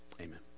Amen